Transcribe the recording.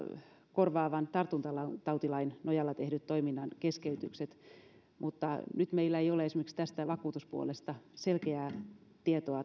korvaavan tartuntatautilain nojalla tehdyt toiminnan keskeytykset mutta nyt meillä ei ole esimerkiksi tästä vakuutuspuolesta selkeää tietoa